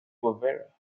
guevara